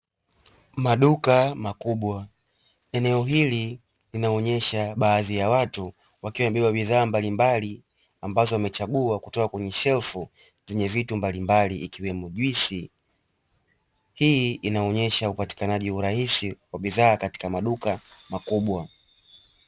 Maduka makubwa, eneo hili linaonyesha baadhi ya watu wakiwa wamebeba bidhaa mbalimbali ambazo wamechagua kutoka kwenye shelfu zenye vitu mbalimbali ikiwemo juisi. Hii inaonyesha upatikanaji urahisi wa bidhaa katika maduka makubwa.